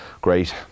great